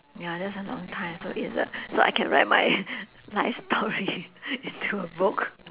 ya that's a long time so it's a so I can write my life story into a book